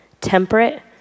temperate